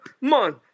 man